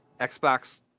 Xbox